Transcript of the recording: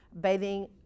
bathing